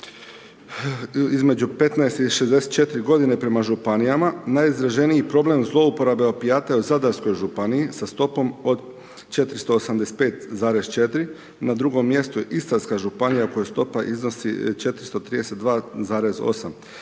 između 15 i 64 g. prema županijama, najizraženiji problem zlouporabe opijata je u Zadarskoj županiji sa stopom od 485,4, na drugom mjestu je Istarska županija kojoj stopa iznosi 432,8%,